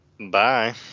Bye